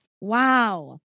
wow